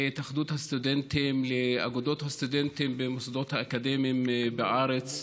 להתאחדות הסטודנטים ולאגודות הסטודנטים במוסדות האקדמיים בארץ,